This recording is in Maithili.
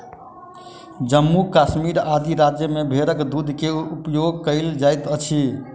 जम्मू कश्मीर आदि राज्य में भेड़क दूध के उपयोग कयल जाइत अछि